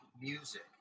music